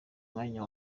mwanya